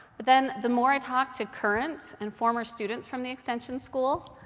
but then the more i talked to current and former students from the extension school,